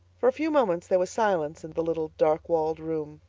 for a few moments there was silence in the little dark-walled room.